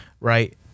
right